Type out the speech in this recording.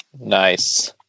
Nice